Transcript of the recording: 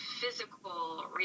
physical